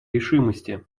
решимости